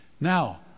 Now